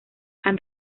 han